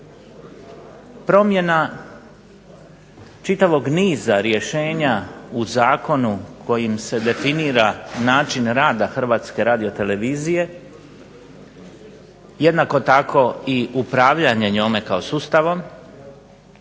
Promjena čitavog niza rješenja u zakonu kojim se definira način rada HRT-a jednako tako i upravljanje njome kao sustavom,